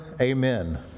Amen